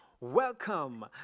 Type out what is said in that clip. Welcome